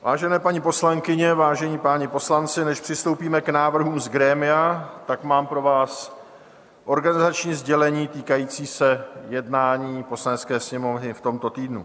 Vážené paní poslankyně, vážení páni poslanci, než přistoupíme k návrhu z grémia, mám pro vás organizační sdělení týkající se jednání Poslanecké sněmovny v tomto týdnu.